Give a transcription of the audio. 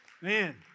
Man